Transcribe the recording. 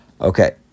okay